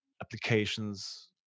applications